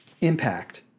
Impact